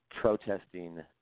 protesting